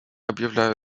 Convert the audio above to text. объявляю